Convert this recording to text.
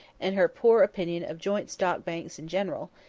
and her poor opinion of joint-stock banks in general,